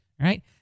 right